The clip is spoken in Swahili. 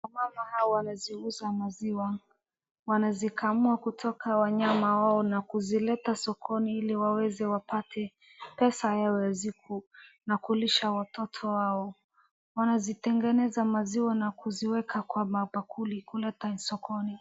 Wamama hawa wanauza maziwa. Wanazikamua kutoka wanyama wao na kuleta sokoni ili waweze wapate pesa yao ya siku na kulisha watoto wao. Wanazitengeneza maziwa na kuweka kwa mabakuli kuleta sokoni.